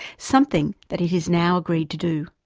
something that it has now agreed to do.